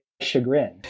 chagrin